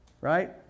right